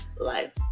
life